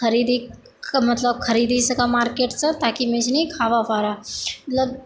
खरीदी मतलब खरीदी सऽ मार्केट सऽ ताकी नीक नीक मतलब एक